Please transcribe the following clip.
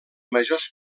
majors